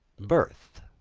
birth,